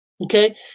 Okay